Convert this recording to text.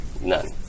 None